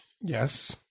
yes